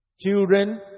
Children